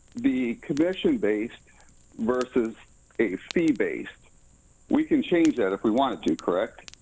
the commission based versus a fee based we can change that if we wanted to, correct?